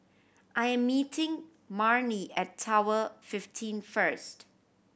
I am meeting Marnie at Tower fifteen first